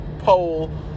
poll